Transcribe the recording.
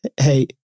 hey